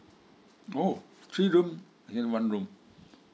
oh three room rent one room